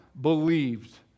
believed